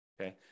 okay